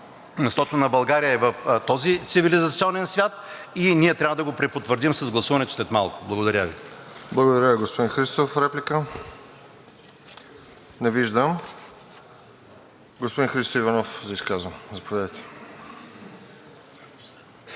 мястото на България е в този цивилизационен свят и ние трябва да го препотвърдим с гласуването след малко. Благодаря Ви. ПРЕДСЕДАТЕЛ РОСЕН ЖЕЛЯЗКОВ: Благодаря, господин Христов. Реплика? Не виждам. Господин Христо Иванов – за изказване. Заповядайте.